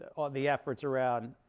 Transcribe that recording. all the efforts around